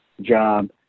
job